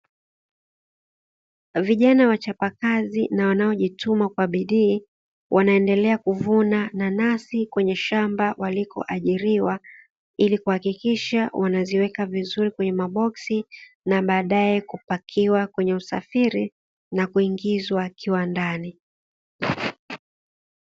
Vijana wachapakazi na wanaojituma kwa bidii wanaendelea kuvuna nanasi kwenye shamba walikoajiriwa, ili kuhakikisha wanaziweka vizuri kwenye maboksi na baadae kupakiwa kwenye usafiri na kuingizwa kiwandani.